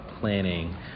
planning